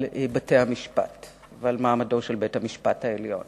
בתי-המשפט ועל מעמדו של בית-המשפט העליון